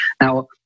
Now